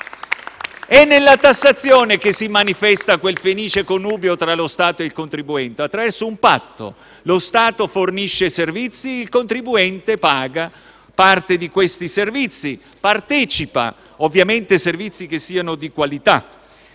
È nella tassazione che si manifesta quel felice connubio tra lo Stato e il contribuente, attraverso un patto: lo Stato fornisce servizi e il contribuente paga parte di questi servizi e partecipa (ovviamente servizi che siano di qualità).